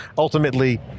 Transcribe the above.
Ultimately